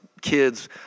kids